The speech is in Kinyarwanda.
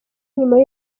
nyuma